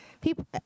people